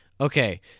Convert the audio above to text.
okay